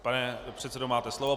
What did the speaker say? Pane předsedo, máte slovo.